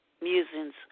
Musings